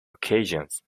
occasions